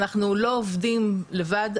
אנחנו לא עובדים לבד,